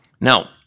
Now